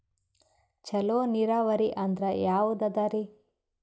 ಚಲೋ ನೀರಾವರಿ ಅಂದ್ರ ಯಾವದದರಿ?